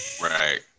Right